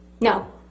No